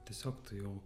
tiesiog tu jau